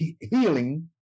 healing